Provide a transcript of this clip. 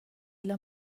illa